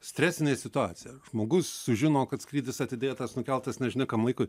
stresinė situacija žmogus sužino kad skrydis atidėtas nukeltas nežinia kam laikui